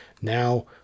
Now